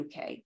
UK